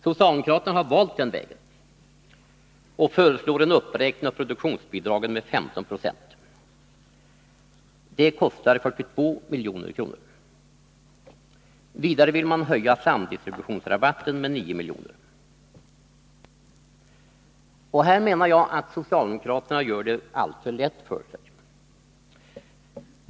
Socialdemokraterna har valt den vägen och föreslår en uppräkning av produktionsbidragen med 15 96. Det kostar 42 milj.kr. Vidare vill man höja samdistributionsrabatten med 9 milj.kr. Här menar jag att socialdemokraterna gör det alltför lätt för sig.